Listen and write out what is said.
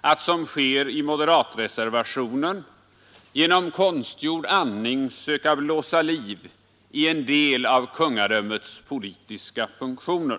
att — som sker i moderatreservationen — genom konstgjord andning söka blåsa liv i en del av kungadömets politiska funktioner.